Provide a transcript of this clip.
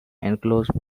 enclosed